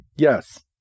Yes